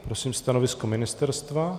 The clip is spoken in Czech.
Prosím stanovisko ministerstva.